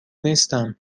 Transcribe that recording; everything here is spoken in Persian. نیستم